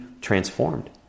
transformed